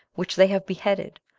which they have beheaded,